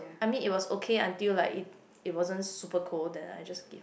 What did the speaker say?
I mean it was okay until like it it wasn't super cold then I just give my